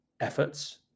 efforts